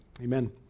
Amen